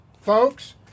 folks